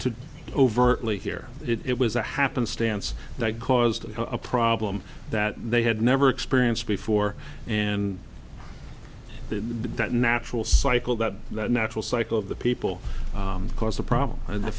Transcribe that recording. to overtly here it was a happenstance that caused a problem that they had never experienced before and that that natural cycle that that natural cycle of the people cause a problem and the